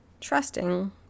trusting